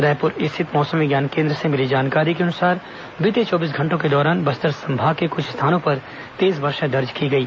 रायपुर स्थित मौसम विज्ञान केंद्र से मिली जानकारी के अनुसार बीते चौबीस घंटों के दौरान बस्तर संभाग के कुछ स्थानों पर तेज वर्षा दर्ज की गई